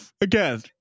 again